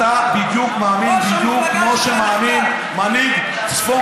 אתה בדיוק מאמין, כמו שמאמין מנהיג צפון